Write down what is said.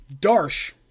Darsh